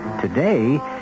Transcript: Today